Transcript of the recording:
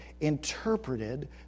interpreted